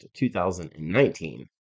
2019